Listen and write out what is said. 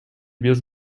без